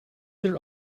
their